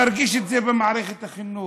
מרגיש את זה במערכת החינוך.